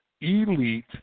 Elite